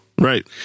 Right